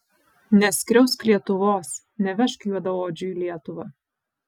neskriausk lietuvos nevežk juodaodžių į lietuvą